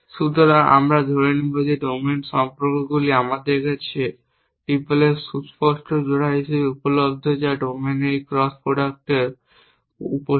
সুতরাং আমরা ধরে নেব যে ডোমেন সম্পর্কগুলি আমাদের কাছে টিপলের সুস্পষ্ট জোড়া হিসাবে উপলব্ধ যা ডোমেনের এই ক্রস পণ্যের উপসেট